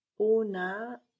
Una